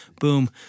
Boom